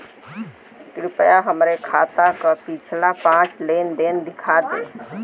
कृपया हमरे खाता क पिछला पांच लेन देन दिखा दी